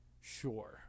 Sure